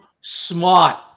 smart